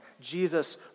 Jesus